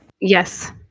Yes